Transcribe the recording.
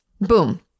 boom